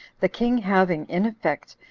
the king having, in effect,